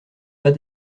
pas